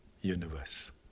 universe